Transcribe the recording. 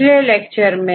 छात्र यूरेसिल